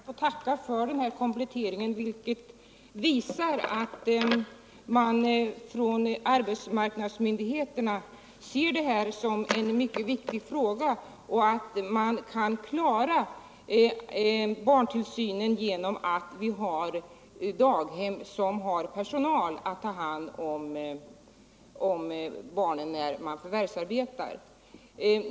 Fru talman! Jag ber att få tacka för kompletteringen, vilken visar att arbetsmarknadsmyndigheterna ser det här som en mycket viktig fråga. Man kan endast klara barntillsynen genom daghem, om det finns utbildad personal som kan ta hand om barnen när man förvärvsarbetar.